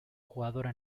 jugadora